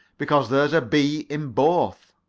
because there's a b in both.